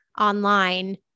online